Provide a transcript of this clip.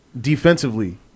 Defensively